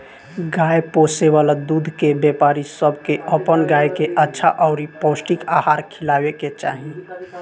गाय पोसे वाला दूध के व्यापारी सब के अपन गाय के अच्छा अउरी पौष्टिक आहार खिलावे के चाही